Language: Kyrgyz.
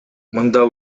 мында